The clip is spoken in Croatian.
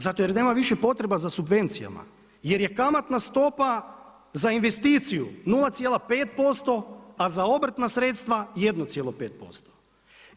Zato jer nema više potreba za subvencijama jer je kamatna stopa za investiciju 0,5% a za obrtna sredstva 1,5%